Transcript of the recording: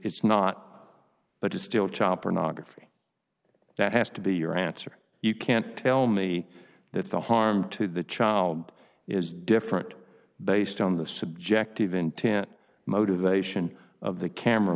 it's not but it's still child pornography that has to be your answer you can't tell me that the harm to the child is different based on the subjective intent motivation of the camera